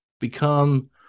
become